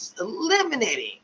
eliminating